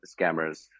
scammers